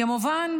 כמובן,